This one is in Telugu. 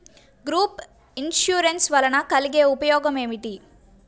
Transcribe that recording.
గ్రూప్ ఇన్సూరెన్స్ వలన కలిగే ఉపయోగమేమిటీ?